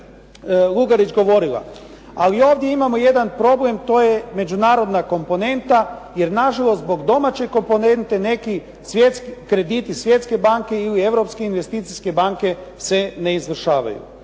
Lugarić govorila. Ali ovdje imamo jedan problem, to je međunarodna komponenta jer nažalost zbog domaće komponente neki svjetski krediti Svjetske banke ili Europske investicijske banke se ne izvršavaju.